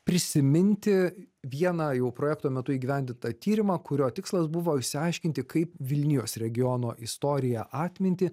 prisiminti vieną jau projekto metu įgyvendintą tyrimą kurio tikslas buvo išsiaiškinti kaip vilnijos regiono istoriją atmintį